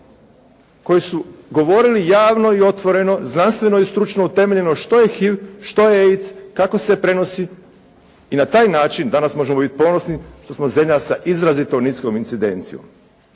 koji su govorili javno i otvoreno znanstveno i stručno utemeljeno što je HIV, što je AIDS, kako se prenosi i na taj način danas možemo biti ponosni što smo zemlja sa izrazito niskom incidencijom.